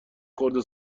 خورده